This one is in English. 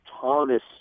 Thomas